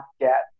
get